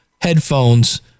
headphones